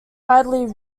widely